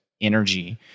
energy